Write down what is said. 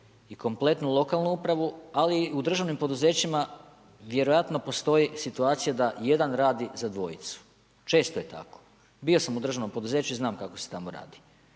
i kompletnu lokalnu upravu, ali i u državnim poduzećima vjerojatno postoji situacija da jedan radi za dvojicu. Često je tako. Bio sam u državnom poduzeću i znam kako se tamo radi.